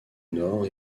nord